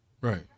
Right